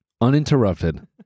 Uninterrupted